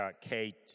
Kate